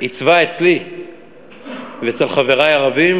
בעצם עיצבה אצלי ואצל חברי הרבים